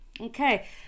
Okay